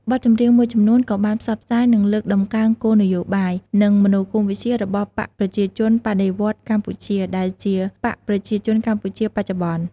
បទចម្រៀងមួយចំនួនក៏បានផ្សព្វផ្សាយ និងលើកតម្កើងគោលនយោបាយ និងមនោគមវិជ្ជារបស់បក្សប្រជាជនបដិវត្តន៍កម្ពុជា ដែលជា បក្សប្រជាជនកម្ពុជាបច្ចុប្បន្ន។